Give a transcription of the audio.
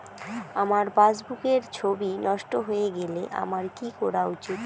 আমার পাসবুকের ছবি নষ্ট হয়ে গেলে আমার কী করা উচিৎ?